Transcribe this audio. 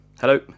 Hello